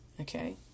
Okay